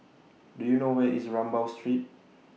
Do YOU know Where IS Rambau Street